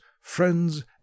friends